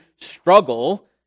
struggle